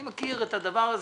אני מכיר את הדבר הזה.